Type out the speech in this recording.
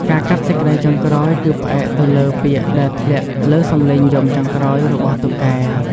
ការកាត់សេចក្តីចុងក្រោយគឺផ្អែកទៅលើ ពាក្យដែលធ្លាក់លើសំឡេងយំចុងក្រោយ របស់តុកែ។